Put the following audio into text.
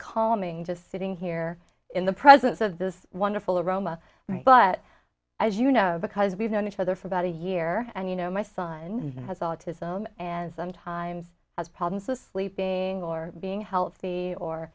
calming just sitting here in the presence of this wonderful aroma but as you know because we've known each other for about a year and you know my son has autism and sometimes has problems with sleeping or being healthy or